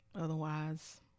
Otherwise